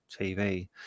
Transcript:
tv